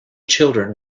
children